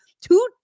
two